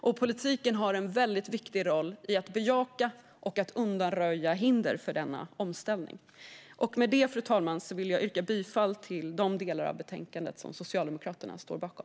Och politiken har en viktig roll i att bejaka och undanröja hinder för denna omställning. Med detta, fru talman, yrkar jag bifall till de delar av utskottets förslag som Socialdemokraterna står bakom.